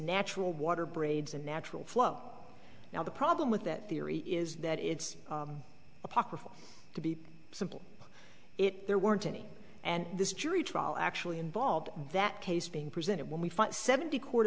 natural water braids and natural flow now the problem with that theory is that it's apocryphal to be simple it there weren't any and this jury trial actually involved that case being presented when we fight seventy co